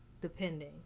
depending